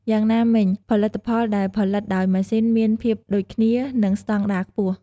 យ៉ាងណាមិញ ផលិតផលដែលផលិតដោយម៉ាស៊ីនមាន ភាពដូចគ្នា និង ស្តង់ដារ ខ្ពស់។